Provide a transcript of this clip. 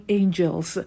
angels